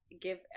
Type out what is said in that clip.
give